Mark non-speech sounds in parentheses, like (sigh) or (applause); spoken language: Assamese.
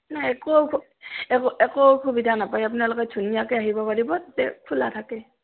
নাই একো একো একো অসুবিধা নাপায় আপোনালোকে ধুনীয়াকৈ আহিব পাৰিব (unintelligible) খোলা থাকে